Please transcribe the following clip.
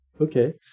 Okay